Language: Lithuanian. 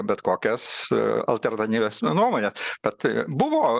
bet kokias alternatyvias nuomones bet buvo